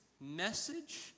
message